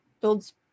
builds